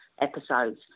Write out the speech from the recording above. episodes